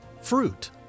fruit